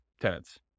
tenants